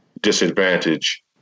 disadvantage